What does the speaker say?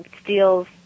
steals